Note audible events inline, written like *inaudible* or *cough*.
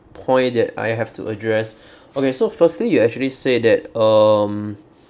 point that I have to address *breath* okay so firstly you actually say that um